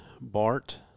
Bart